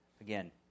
Again